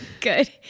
good